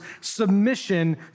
submission